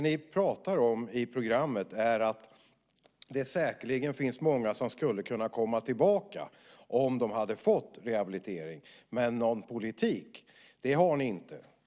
Ni säger i programmet att det säkerligen finns många som skulle kunnat komma tillbaka om de fått rehabilitering, men någon politik för det har ni inte.